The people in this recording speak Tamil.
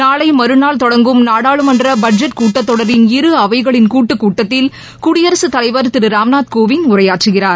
நாளை மறுநாள் தொடங்கும் நாடாளுமன்ற பட்ஜெட் கூட்டத்தொடரின் இரு அவைகளின் கூட்டுக் கூட்டத்தில் குடியரசுத் தலைவர் திரு ராம்நாத் கோவிந்த் உரையாற்றுகிறார்